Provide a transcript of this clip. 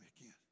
again